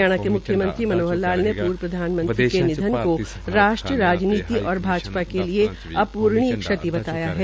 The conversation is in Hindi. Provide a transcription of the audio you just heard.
हरियणा के मुख्यमंत्री मनोहर लाल ने पूर्व प्रधानमंत्री के निधन को राष्ट्र राजनीति और भाजपा के लिए अप्रणीय क्षति बताया है